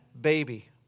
baby